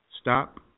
stop